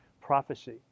prophecy